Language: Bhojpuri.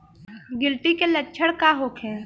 गिलटी के लक्षण का होखे?